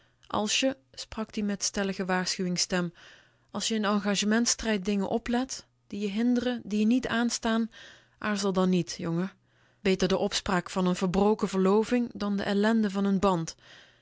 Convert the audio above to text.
als je sprak ie met stellige waarschuwingsstem als je in je engagementstijd dingen oplet die je hinderen die je niet aanstaan aarzel dan niet jongen beter de opspraak van n verbroken verloving dan de ellende van n band